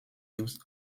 used